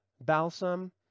balsam